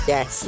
Yes